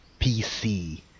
PC